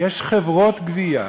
יש חברות גבייה